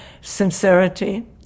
sincerity